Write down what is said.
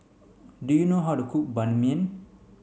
do you know how to cook Ban Mian